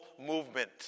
movement